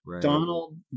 Donald